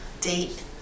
date